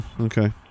Okay